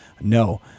No